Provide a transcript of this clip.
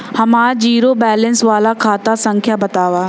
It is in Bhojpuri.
हमार जीरो बैलेस वाला खाता संख्या वतावा?